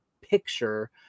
picture